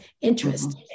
interest